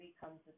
becomes